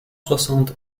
soixante